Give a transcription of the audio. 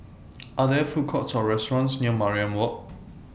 Are There Food Courts Or restaurants near Mariam Walk